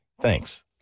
Thanks